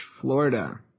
Florida